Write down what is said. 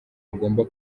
agomba